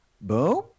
Boom